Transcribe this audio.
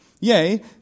Yea